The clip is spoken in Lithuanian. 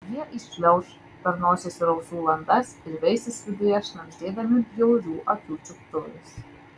jie įšliauš per nosies ir ausų landas ir veisis viduje šnabždėdami bjaurių akių čiuptuvais